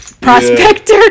prospector